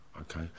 Okay